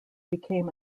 became